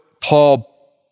Paul